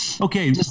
Okay